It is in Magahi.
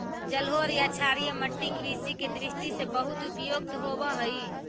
जलोढ़ या क्षारीय मट्टी कृषि के दृष्टि से बहुत उपयुक्त होवऽ हइ